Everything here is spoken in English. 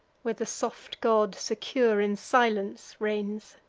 where the soft god secure in silence reigns.